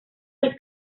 del